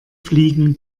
fliegen